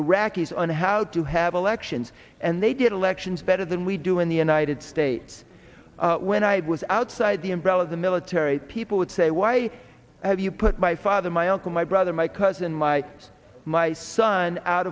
iraqis on how to have elections and they did elections better than we do in the united states when i was outside the umbrella of the military people would say why have you put my father my uncle my brother my cousin my my son out